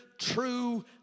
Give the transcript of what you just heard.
true